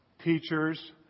teachers